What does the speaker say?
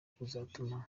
kuzatuma